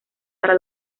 para